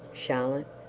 charlotte,